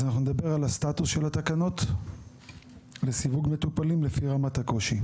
אז אנחנו נדבר על הסטטוס של התקנות לסיווג מטופלים לפי רמת הקושי.